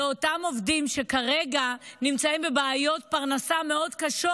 לאותם עובדים שכרגע נמצאים בבעיות פרנסה מאוד קשות,